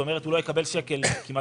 כלומר הוא לא יקבל כמעט אף שקל במענק,